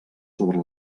sobre